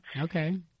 Okay